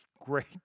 great